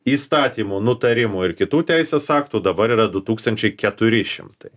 įstatymų nutarimų ir kitų teisės aktų dabar yra du tūkstančiai keturi šimtai